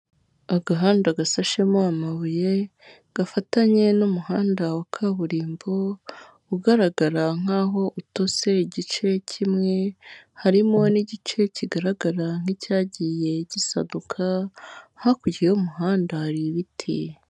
Agahanda gasashemo amabuye gafatanye n'umuhanda wa kaburimbo ugaragara nkaho utose igice kimwe, harimomo n'igice kigaragara nk'icyagiye gisaduka hakurya y'umuhanda hari ibiti.